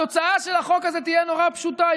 התוצאה של החוק הזה תהיה נורא פשוטה: